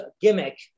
gimmick